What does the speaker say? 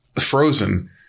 frozen